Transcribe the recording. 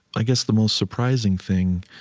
i guess the most surprising thing